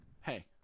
hey